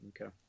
Okay